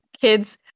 kids